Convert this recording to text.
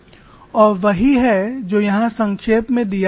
और वही है जो यहाँ संक्षेप में दिया गया है